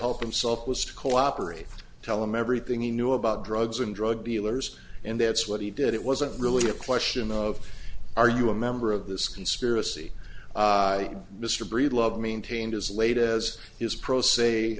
help himself was to cooperate tell him everything he knew about drugs and drug dealers and that's what he did it wasn't really a question of are you a member of this conspiracy mr breedlove maintained as late as his pro s